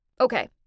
Okay